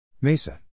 MESA